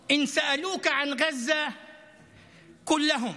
בפרמדיקים: אם ישאלו אותך על עזה תגיד להם